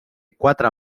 quatre